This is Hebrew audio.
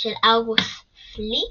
של ארגוס פילץ',